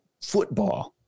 football